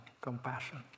compassion